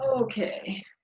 Okay